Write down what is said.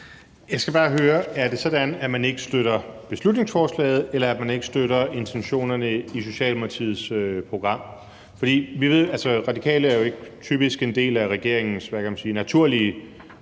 Jeg skal bare høre: Er det sådan, at man ikke støtter beslutningsforslaget, eller at man ikke støtter intentionerne i Socialdemokraternes program? For vi ved, at Radikale typisk ikke er en del af regeringens, hvad skal man sige,